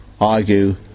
argue